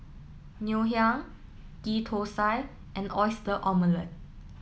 Ngoh Hiang Ghee Thosai and Oyster Omelette